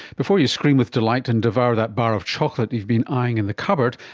before you scream with delight and devour that bar of chocolate you've been eyeing in the cupboard,